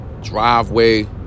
Driveway